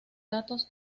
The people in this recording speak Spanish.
datos